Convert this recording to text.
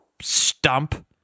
stump